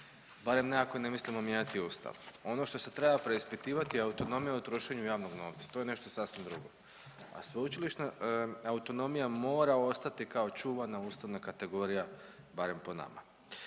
barem ne ako ne mislimo mijenjati ustav. Ono što se treba preispitivati je autonomija u trošenju javnog novca, to je nešto sasvim drugo, a sveučilišna autonomija mora ostati kao čuvana ustavna kategorija barem po nama.